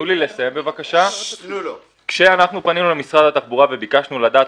אנחנו פנינו למשרד התחבורה וביקשנו לדעת,